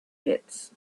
pits